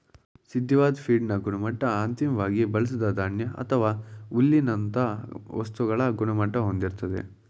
ಸಿದ್ಧವಾದ್ ಫೀಡ್ನ ಗುಣಮಟ್ಟ ಅಂತಿಮ್ವಾಗಿ ಬಳ್ಸಿದ ಧಾನ್ಯ ಅಥವಾ ಹುಲ್ಲಿನಂತ ವಸ್ತುಗಳ ಗುಣಮಟ್ಟ ಹೊಂದಿರ್ತದೆ